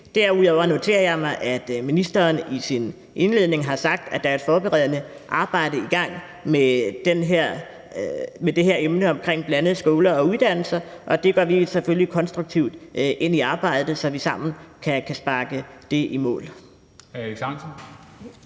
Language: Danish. Derudover noterer jeg mig, at ministeren i sin indledning har sagt, at der er et forberedende arbejde i gang med det her emne omkring blandede skoler og uddannelser, og vi går selvfølgelig konstruktivt ind i arbejdet, så vi sammen kan sparke det i mål.